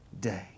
day